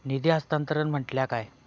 निधी हस्तांतरण म्हटल्या काय?